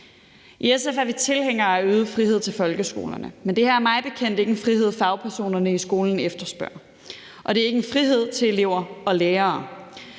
I SF er vi tilhængere af øget frihed til folkeskolerne, men det her er mig bekendt ikke en frihed, fagpersonerne i skolerne efterspørger, og det er ikke en frihed til elever og lærere.